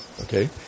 okay